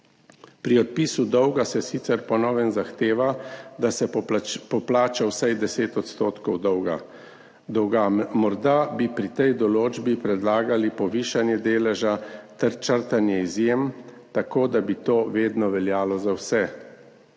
Pri odpisu dolga se sicer po novem zahteva, da se poplača vsaj 10 % dolga. Morda bi pri tej določbi predlagali povišanje deleža ter črtanje izjem, tako da bi to vedno veljalo za vse.